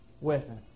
weapon